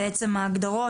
בעצם ההגדרות.